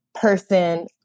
person